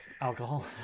alcohol